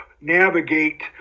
navigate